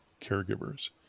caregivers